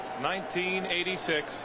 1986